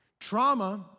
Trauma